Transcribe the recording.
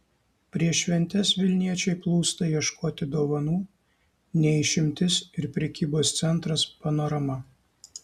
prieš šventes vilniečiai plūsta ieškoti dovanų ne išimtis ir prekybos centras panorama